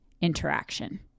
interaction